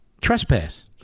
trespass